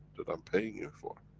that i'm paying you for.